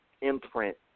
imprint